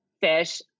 fish